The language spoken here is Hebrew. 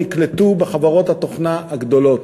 נקלטו בחברות התוכנה הגדולות.